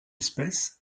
espèce